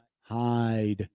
hide